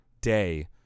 day